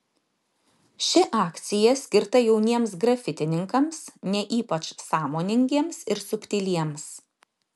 ši akcija skirta jauniems grafitininkams ne ypač sąmoningiems ir subtiliems